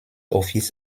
office